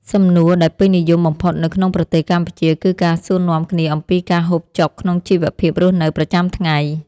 សំណួរដែលពេញនិយមបំផុតនៅក្នុងប្រទេសកម្ពុជា គឺការសួរនាំគ្នាអំពីការហូបចុកក្នុងជីវភាពរស់នៅប្រចាំថ្ងៃ។